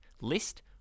list